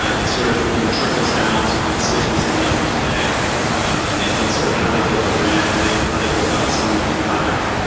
it's sort of you know trickles down to the decisions they make each day and sort of how they build the brand, how they how they go about selling their product